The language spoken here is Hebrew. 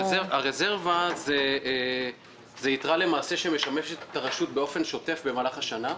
הרזרבה היא למעשה יתרה שמשמשת את הרשות באופן שוטף במהלך השנה.